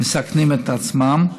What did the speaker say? מסכנים את עצמם,